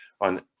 on